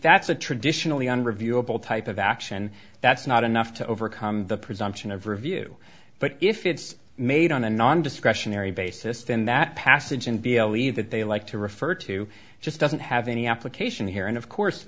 that's a traditionally unreviewable type of action that's not enough to overcome the presumption of review but if it's made on a non discretionary basis then that passage and believe that they like to refer to it just doesn't have any application here and of course